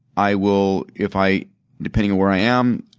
i will if i depending on where i am,